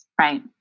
right